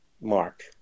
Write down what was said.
mark